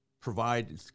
provide